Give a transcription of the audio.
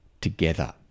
together